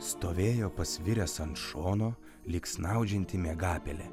stovėjo pasviręs ant šono lyg snaudžianti miegapelė